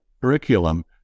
curriculum